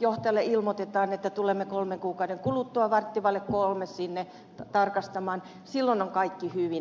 johtajalle ilmoitetaan että tulemme kolmen kuukauden kuluttua varttia vaille kolme sinne tarkastamaan niin silloin on kaikki hyvin